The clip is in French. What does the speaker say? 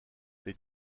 les